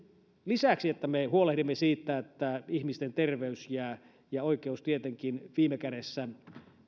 lisäksi että me huolehdimme siitä että ihmisten terveys ja tietenkin viime kädessä oikeus